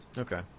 Okay